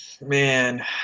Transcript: man